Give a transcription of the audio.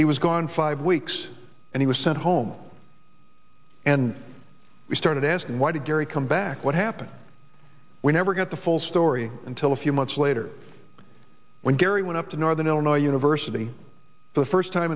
he was gone five weeks and he was sent home and we started asking why did we come back what happened we never got the full story until a few months later when gary went up to northern illinois university the first time